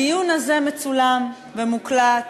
הדיון הזה מצולם ומוקלט